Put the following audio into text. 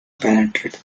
penetrate